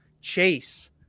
chase